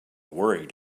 worried